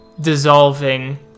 dissolving